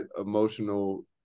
emotional –